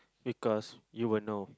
because you will know